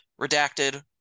redacted